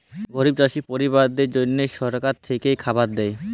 গরিব চাষী পরিবারদ্যাদের জল্যে সরকার থেক্যে খাবার দ্যায়